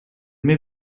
may